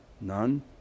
None